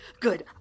Good